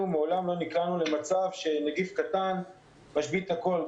מעולם לא נקלענו למצב שנגיף קטן משבית הכול.